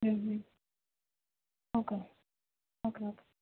હ હ okay okay okay